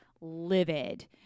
livid